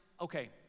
Okay